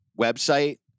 website